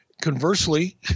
Conversely